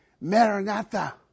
Maranatha